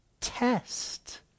test